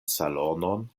salonon